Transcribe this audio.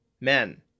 men